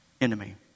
enemy